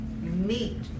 meet